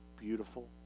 beautiful